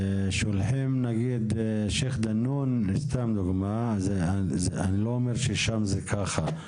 נניח שולחים לשייח' דנון, אני לא אומר ששם זה ככה,